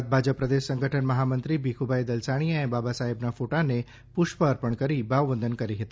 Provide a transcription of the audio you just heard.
ગુજરાત ભાજપ પ્રદેશ સંગઠન મહામંત્રીશ્રી ભીખુભાઇ દલસાણિયાએ બાબાસાહેબના ફોટાને પુષ્પ અર્પણ કરી ભાવવંદન કરી હતી